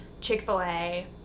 Chick-fil-A